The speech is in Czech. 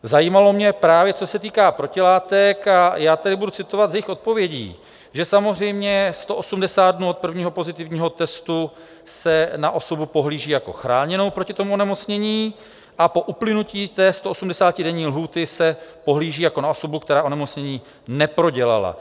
Zajímalo mě právě, co se týká protilátek, a já tady budu citovat z jejich odpovědí, že samozřejmě 180 dnů od prvního pozitivního testu se na osobu pohlíží jako na chráněnou proti tomu onemocnění a po uplynutí té 180denní lhůty se pohlíží jako na osobu, která onemocnění neprodělala.